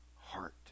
heart